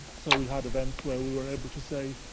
so we had events where we were able to say,